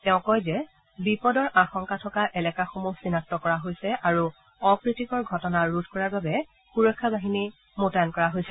তেওঁ কয় যে বিপদৰ আশংকা থকা এলেকাসমূহ চিনাক্ত কৰা হৈছে আৰু অপ্ৰীতিকৰ ঘটনা ৰোধ কৰাৰ বাবে সূৰক্ষা বাহিনী মোতায়েন কৰা হৈছে